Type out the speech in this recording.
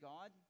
God